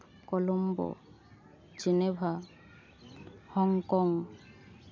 Colombo Geneva Hong Kong